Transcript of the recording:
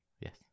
yes